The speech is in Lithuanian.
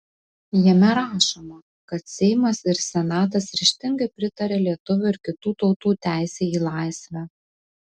jame rašoma kad seimas ir senatas ryžtingai pritaria lietuvių ir kitų tautų teisei į laisvę